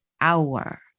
hour